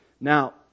Now